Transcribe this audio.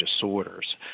disorders